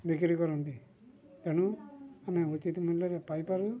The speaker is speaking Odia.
ବିକ୍ରି କରନ୍ତି ତେଣୁ ଆମେ ଉଚିତ୍ ମୂଲ୍ୟରେ ପାଇପାରୁ